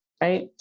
right